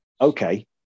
Okay